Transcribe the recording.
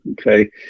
Okay